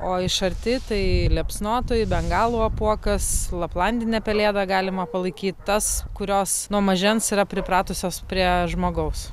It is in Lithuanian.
o iš arti tai liepsnotoji bengalų apuokas laplandinę pelėdą galima palaikyt tas kurios nuo mažens yra pripratusios prie žmogaus